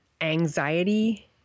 anxiety